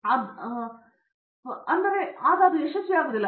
ಕಾಮಕೋಟಿ ಹಾಗಾಗಿ ಅದು ಯಶಸ್ವಿಯಾಗುವುದಿಲ್ಲ